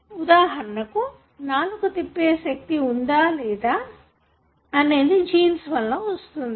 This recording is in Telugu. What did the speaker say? ఉదాహరణకు నాలుకను తిప్పే శక్తి వుందా లేదా అనేది జీన్స్ వల్ల వస్తుంది